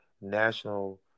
national